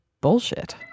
bullshit